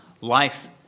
life